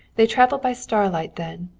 they traveled by starlight then,